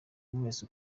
mwese